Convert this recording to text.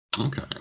Okay